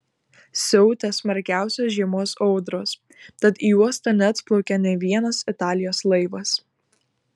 siautė smarkiausios žiemos audros tad į uostą neatplaukė nė vienas italijos laivas